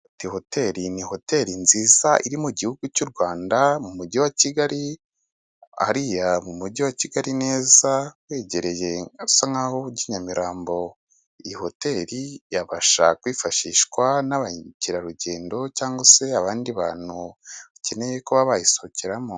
Ni hotel, ni hotel nziza iri mu gihugu cy'u rwanda mu mujyi wa kigali. Hariya mu mujyi wa kigali neza wegereye usa naho ujya i nyamirambo. Iyi hotel yabasha kwifashishwa n' abakerarugendo cyangwa se abandi bantu bakeneye kuba bayisohokeramo